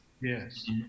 Yes